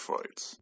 Fights